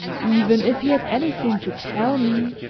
even if he had anything to tell me,